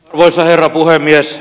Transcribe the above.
arvoisa herra puhemies